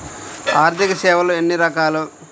ఆర్థిక సేవలు ఎన్ని రకాలు?